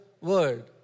word